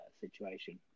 situation